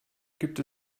gibt